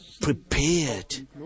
prepared